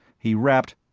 he rapped,